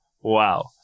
Wow